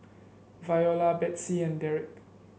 Viola Betsey and Dereck